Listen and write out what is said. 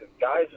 guys